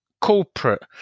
corporate